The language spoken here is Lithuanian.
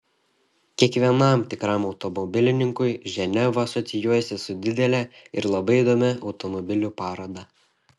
kiekvienam tikram automobilininkui ženeva asocijuojasi su didele ir labai įdomia automobilių paroda